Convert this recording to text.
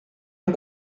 amb